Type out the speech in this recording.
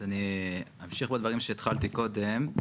אז אני אמשיך בדברים שהתחלתי קודם.